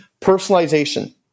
personalization